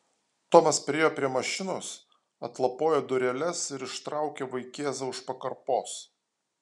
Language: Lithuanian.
tomas priėjo prie mašinos atlapojo dureles ir ištraukė vaikėzą už pakarpos